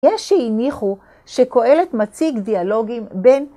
יש שהניחו שקהלת מציג דיאלוגים בין